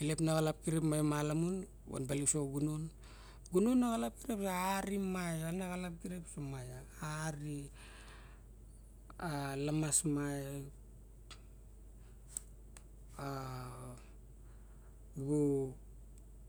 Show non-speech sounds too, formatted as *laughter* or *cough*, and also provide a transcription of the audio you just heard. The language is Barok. i lep naxalep kirip mama lamun van baling so a gunon. gunon, na xalap kirip, ari mae, anaxalep so mae, ari, alamas mare *noise* *hesitation*